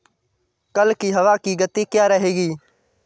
कल की हवा की गति क्या रहेगी?